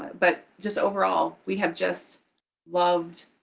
but just overall, we have just loved